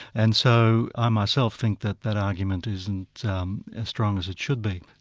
and so i myself think that that argument isn't um as strong as it should be.